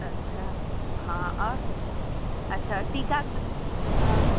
अच्छा हँ आओर अच्छा टीकाके हँ